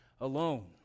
alone